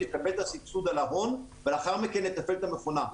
לקבל את הסבסוד על ההון ולאחר מכן לתפעל את המכונה.